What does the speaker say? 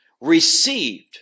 received